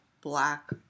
Black